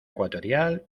ecuatorial